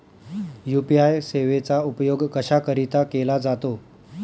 UPI सेवेचा उपयोग कशाकरीता केला जातो?